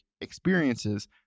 experiences